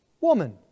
Woman